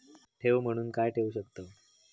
ठेव म्हणून काय ठेवू शकताव?